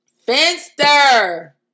Finster